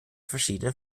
verschiedenen